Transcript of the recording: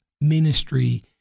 ministry